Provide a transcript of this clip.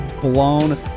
blown